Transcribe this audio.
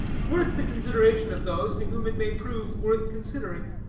worth the consideration of those to whom it may prove worth considering.